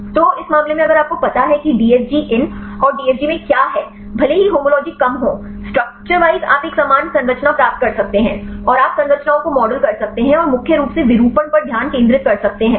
तो इस मामले में अगर आपको पता है कि DFG इन और DFG में क्या है भले ही होमोलॉजी कम हो स्ट्रक्चर वाइज आप एक समान संरचना प्राप्त कर सकते हैं और आप संरचनाओं को मॉडल कर सकते हैं और मुख्य रूप से विरूपण पर ध्यान केंद्रित कर सकते हैं